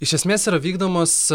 iš esmės yra vykdomos